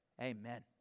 Amen